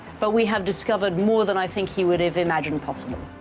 but we have discovered more than i think he would have imagined possible.